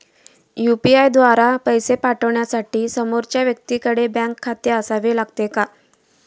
UPI द्वारा पैसे पाठवण्यासाठी समोरच्या व्यक्तीकडे बँक खाते असावे लागते का?